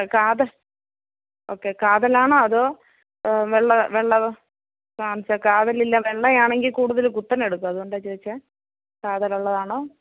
കാത് ഓക്കെ കാതലാണോ അതോ വെള്ള വെള്ളവോ വാങ്ങിച്ചാൽ കാതലില്ല വെള്ളയാണെങ്കിൽ കൂടുതൽ കുത്തനെയെടുക്കും അതുകൊണ്ടാ ചോദിച്ചത് കാതലുള്ളതാണോ